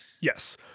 Yes